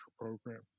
program